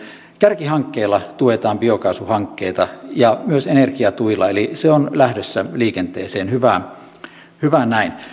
kärkihankkeilla tuetaan biokaasuhankkeita ja myös energiatuilla eli se on lähdössä liikenteeseen hyvä näin